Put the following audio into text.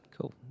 cool